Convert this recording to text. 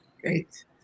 Great